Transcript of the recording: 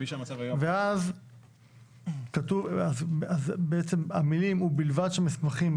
אז בעצם המילים "ובלבד שהמסמכים,